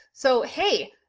so, hey,